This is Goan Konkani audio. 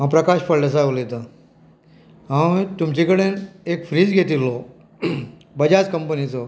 हांव प्रकाश फळदेसाय उलयतां हांवें तुमचे कडेन एक फ्रीज घेतिल्लो बजाज कंपनीचो